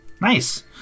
Nice